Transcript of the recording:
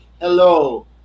hello